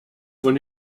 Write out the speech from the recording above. von